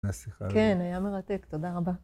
נסיכה. כן, היה מרתק. תודה רבה.